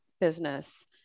business